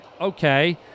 Okay